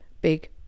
big